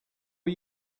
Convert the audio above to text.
are